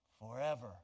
forever